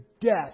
death